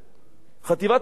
חטיבת הצנחנים,